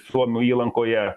suomių įlankoje